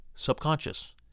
subconscious